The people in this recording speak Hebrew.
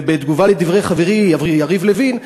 ובתגובה על דברי חברי יריב לוין,